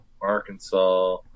Arkansas